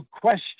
question